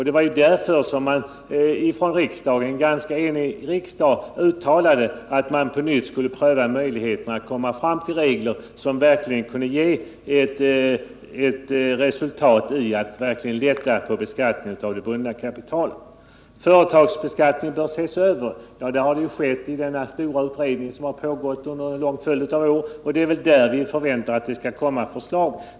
Det var därför man från en ganska enig riksdag uttalade att man på nytt skulle pröva möjligheten att komma fram till regler som kunde ge som resultat att verkligen lätta på beskattningen av det bundna kapitalet. Företagsbeskattningen bör ses över, sade Curt Boström. Ja, det har skett i den stora utredning som har pågått under en lång följd av år, och vi förväntar att regeringen nu skall komma med förslag.